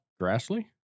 Grassley